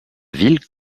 ville